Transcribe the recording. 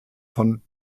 von